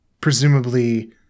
presumably